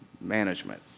Management